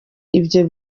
ibyo